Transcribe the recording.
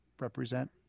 represent